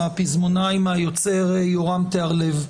הפזמונאי והיוצר יורם טהרלב.